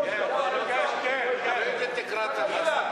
לא לא, הייתי מתנגד לזה.